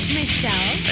Michelle